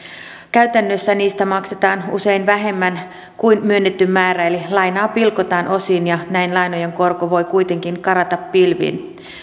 käytännössä niistä maksetaan usein vähemmän kuin myönnetty määrä eli lainaa pilkotaan osiin ja näin lainojen korko voi kuitenkin karata pilviin